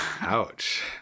Ouch